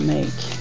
Make